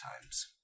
times